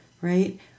right